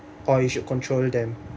or you should control them